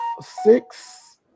six